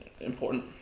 important